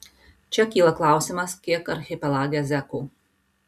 čia kyla klausimas kiek archipelage zekų